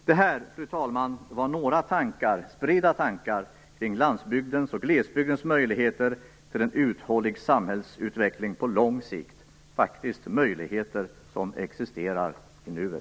Det här, fru talman, var några spridda tankar kring landsbygdens och glesbygdens möjligheter till en uthållig samhällsutveckling på lång sikt - möjligheter som faktiskt existerar i nuet.